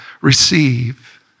receive